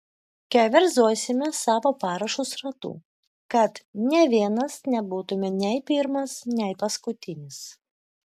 keverzosime savo parašus ratu kad nė vienas nebūtume nei pirmas nei paskutinis